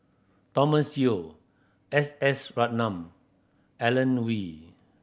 Thomas Yeo S S Ratnam Alan